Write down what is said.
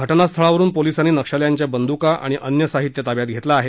घटनास्थळावरुन पोलिसांनी नक्षल्यांच्या बंदका आणि अन्य साहित्य ताब्यात घेतलं आहे